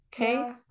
Okay